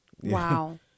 Wow